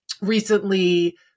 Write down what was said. recently